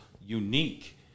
unique